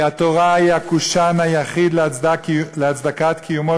כי התורה היא הקושאן היחיד להצדקת קיומו